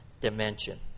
dimension